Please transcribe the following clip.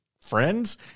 friends